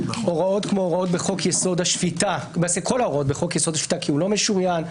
למעשה כל ההוראות בחוק-יסוד: השפיטה כי הוא לא משוריין,